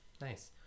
Nice